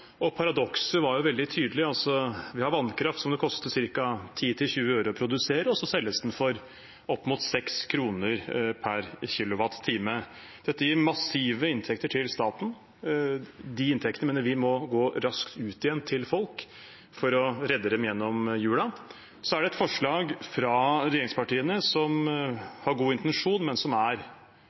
Paradokset er veldig tydelig. Vi har vannkraft som det koster ca. 10–20 øre å produsere, og så selges den for opp mot 6 kr per kWh. Dette gir massive inntekter til staten. De inntektene mener vi må gå raskt ut igjen til folk for å redde dem gjennom jula. Så er det et forslag fra regjeringspartiene som har en god intensjon, men som er